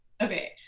Okay